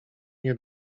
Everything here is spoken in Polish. nie